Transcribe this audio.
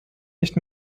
nicht